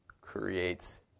creates